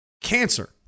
cancer